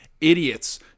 idiots